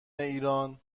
ایران